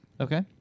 Okay